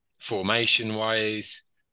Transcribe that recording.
formation-wise